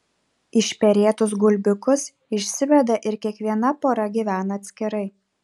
išperėtus gulbiukus išsiveda ir kiekviena pora gyvena atskirai